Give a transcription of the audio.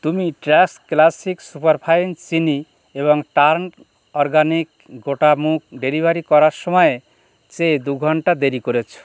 তুমি trust classic superfine চিনি এবং টার্ন অরগ্যানিক গোটা মুগ ডেলিভারি করার সময়ে চেয়ে দু ঘণ্টা দেরি করেছ